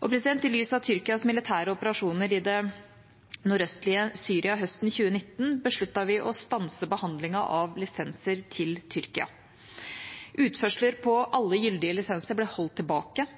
I lys av Tyrkias militære operasjoner i det nordøstlige Syria høsten 2019 besluttet vi å stanse behandlingen av lisenser til Tyrkia. Utførsler på alle gyldige lisenser ble holdt tilbake